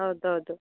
ಹೌದೌದು